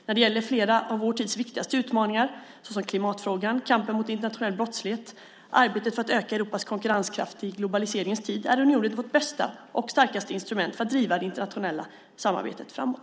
När det gäller flera av vår tids viktigaste utmaningar - såsom klimatfrågan, kampen mot internationell brottslighet och arbetet att öka Europas konkurrenskraft i globaliseringens tid - är unionen vårt bästa och starkaste instrument för att driva det internationella samarbetet framåt.